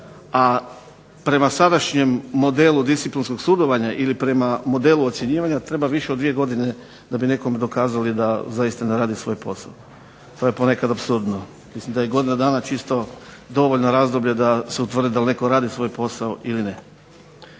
A prema sadašnjem modelu disciplinskog sudovanja ili prema modelu ocjenjivanja treba više od dvije godine da bi nekome dokazali da zaista ne rade svoj posao. To je ponekad apsurdno. Mislim da je godina dana čisto dovoljno razdoblje da se utvrdi da li netko radi svoj posao ili ne.